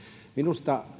minusta